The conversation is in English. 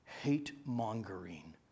hate-mongering